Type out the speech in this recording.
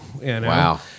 Wow